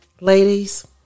ladies